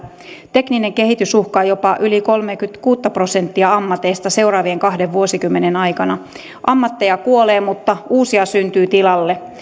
tekninen kehitys uhkaa jopa yli kolmeakymmentäkuutta prosenttia ammateista seuraavien kahden vuosikymmenen aikana ammatteja kuolee mutta uusia syntyy tilalle